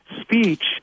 speech